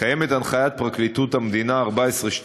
קיימת הנחיית פרקליטות המדינה 14.12,